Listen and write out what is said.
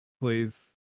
Please